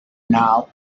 now